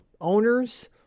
owners